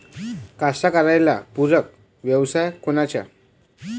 कास्तकाराइले पूरक व्यवसाय कोनचा?